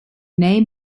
name